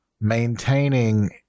maintaining